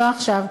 לא עכשיו.